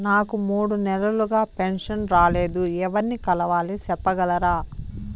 నాకు మూడు నెలలుగా పెన్షన్ రాలేదు ఎవర్ని కలవాలి సెప్పగలరా?